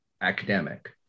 academic